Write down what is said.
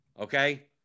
Okay